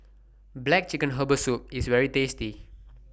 Black Chicken Herbal Soup IS very tasty